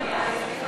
סליחה.